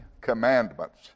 commandments